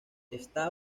está